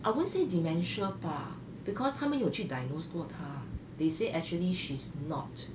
I won't say dementia bah because 他们有去 diagnosed 过她 but they say actually she's not